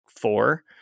four